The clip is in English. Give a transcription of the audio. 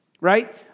right